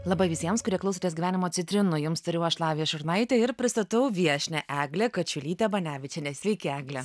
laba visiems kurie klausotės gyvenimo citrinų jums tariu aš lavija šurnaitė ir pristatau viešnią eglę kačiulytę banevičienę sveiki egle